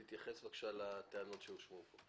תתייחס בבקשה לטענות שהושמעו פה.